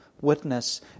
witness